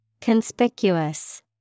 Conspicuous